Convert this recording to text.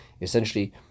essentially